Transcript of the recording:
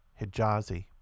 Hijazi